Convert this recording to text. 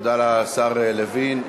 תודה לשר לוין.